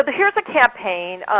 ah here's a campaign,